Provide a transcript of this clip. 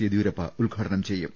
യെദ്യൂരപ്പ ഉദ്ഘാ ടനം ചെയ്യും